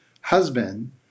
husband